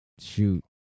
Shoot